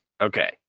Okay